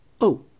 Oh